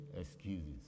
excuses